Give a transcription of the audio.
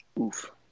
Oof